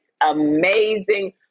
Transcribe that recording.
amazing